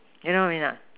you know what I mean or not